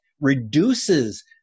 reduces